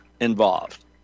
involved